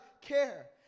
care